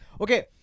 okay